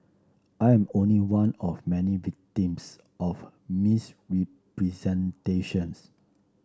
I am only one of many victims of misrepresentations